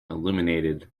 illuminated